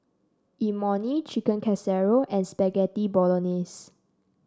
Imoni Chicken Casserole and Spaghetti Bolognese